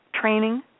training